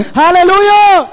hallelujah